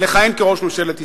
לכהן כראש ממשלת ישראל.